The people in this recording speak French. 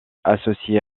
associée